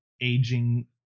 aging